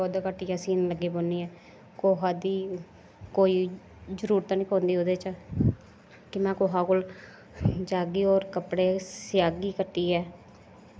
खुद कट्टियै सीन लग्गी पौंन्नी होन्नी ऐं कुसै दी कोई जरूरत निं पौंदी ओह्दे च कि कुसै कोल जाह्गी होर कपड़े स्यागी कट्टियै